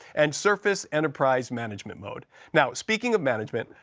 and surface enterprise management mode. now, speaking of management,